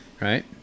Right